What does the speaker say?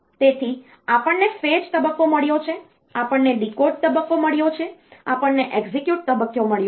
તેથી આપણને ફેચ તબક્કો મળ્યો છે આપણને ડીકોડ તબક્કો મળ્યો છે આપણને એક્ઝેક્યુટ તબક્કો મળ્યો છે